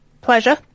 Pleasure